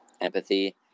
empathy